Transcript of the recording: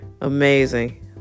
Amazing